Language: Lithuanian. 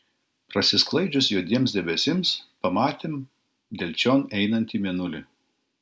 prasisklaidžius juodiems debesims pamatėm delčion einantį mėnulį